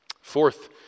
Fourth